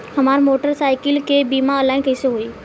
हमार मोटर साईकीलके बीमा ऑनलाइन कैसे होई?